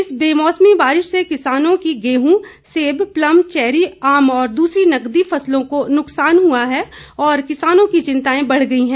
इस बेमौसमी बारिश से किसानों के गेहूं सेब प्लम चैरी आम और दूसरी नकदी फसलों को नुकसान पहुंचा है और किसानों की चिंताएं बढ़ गई हैं